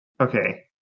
Okay